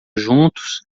juntos